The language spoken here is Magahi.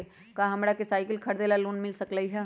का हमरा के साईकिल खरीदे ला लोन मिल सकलई ह?